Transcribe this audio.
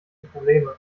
probleme